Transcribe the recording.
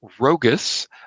Rogus